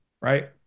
Right